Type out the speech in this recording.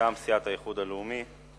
מטעם סיעת האיחוד הלאומי.